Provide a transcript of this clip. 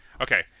okay